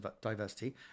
diversity